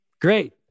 great